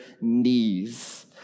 knees